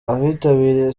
abitabiriye